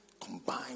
combine